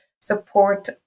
support